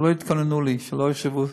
שלא יתכוננו לי, שלא יחשבו.